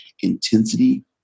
intensity